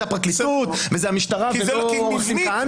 זה הפרקליטות וזה המשטרה ולא עו"ד כהנא.